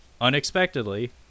unexpectedly